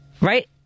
Right